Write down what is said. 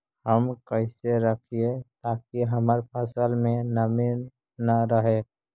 हम कैसे रखिये ताकी हमर फ़सल में नमी न रहै?